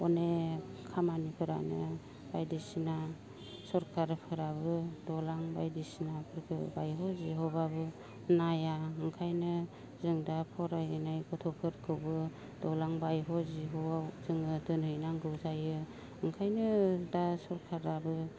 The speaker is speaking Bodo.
अनेख खामानिफोरानो बायदिसिना सरखारफोराबो दलां बायदिसिनाफोरखौ बायग' जिग'ब्लाबो नाया ओंखायनो जों दा फरायनाय गथ'फोरखौबो दलां बायग' जिगआव जोङो दोनै नांगौ जायो ओंखायनो दा सरखाराबो